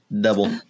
Double